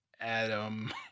Adam